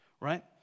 right